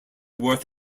worth